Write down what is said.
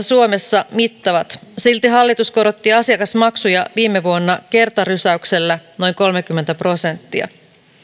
suomessa mittavat silti hallitus korotti asiakasmaksuja viime vuonna kertarysäyksellä noin kolmekymmentä prosenttia